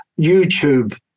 YouTube